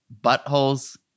buttholes